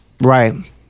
Right